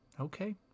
okay